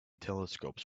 telescopes